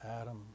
Adam